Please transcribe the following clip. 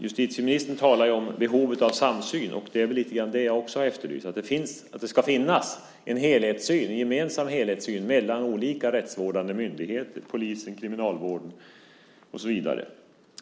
Justitieministern talar om behov av samsyn, och det är väl i någon mån det jag också har efterlyst, nämligen att det ska finnas en gemensam helhetssyn mellan olika rättsvårdande myndigheter - polisen, Kriminalvården och så vidare.